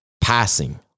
passing